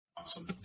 Awesome